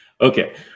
Okay